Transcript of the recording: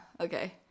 okay